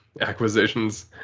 acquisitions